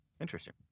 interesting